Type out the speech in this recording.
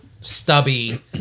stubby